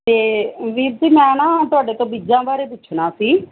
ਅਤੇ ਵੀਰ ਜੀ ਮੈਂ ਨਾ ਤੁਹਾਡੇ ਤੋਂ ਬੀਜ਼ਾਂ ਬਾਰੇ ਪੁੱਛਣਾ ਸੀ